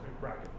bracket